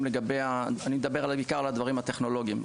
אני אדבר בעיקר על הדברים הטכנולוגיים,